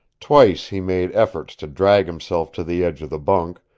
twice he made efforts to drag himself to the edge of the bunk,